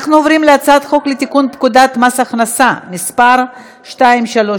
אנחנו עוברים להצעת חוק לתיקון פקודת מס הכנסה (מס' 239),